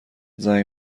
زنگ